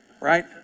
Right